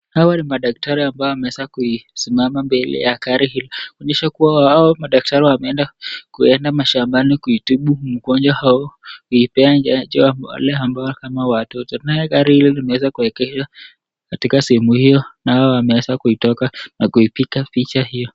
Hawa ni madaktari ambao wameweza kusimama mbele ya gari hilo, kuonyesha kuwa hawa madaktari wameweza kuenda mashambani kutibu mgonjwa au kupea chanjo watoto. Nayo gari imeweza kuegezwa katika sehemu hiyo, nao wameweza kutoka kuipiga picha hiyo.